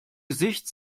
gesicht